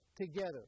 together